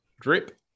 drip